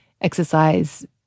exercise